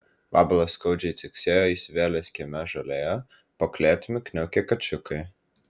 vabalas skaudžiai ciksėjo įsivėlęs kieme žolėje po klėtimi kniaukė kačiukai